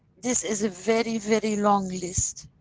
this is a very, very long list,